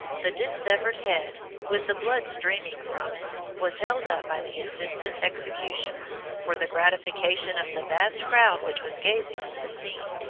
the dissevered head, with the blood streaming from it, was held up by the assistant executioner, for the gratification of the vast crowd which was gazing on the scene.